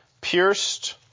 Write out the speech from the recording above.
pierced